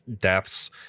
deaths